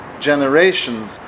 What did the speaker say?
generations